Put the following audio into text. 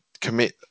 commit